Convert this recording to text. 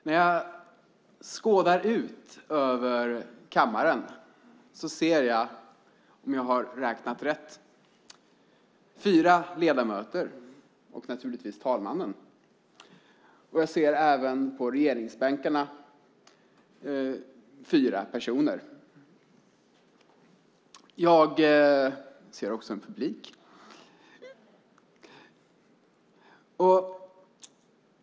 När jag tittar ut över kammaren ser jag, förutom fru talmannen och en publik, fyra ledamöter och fyra personer på regeringsbänkarna.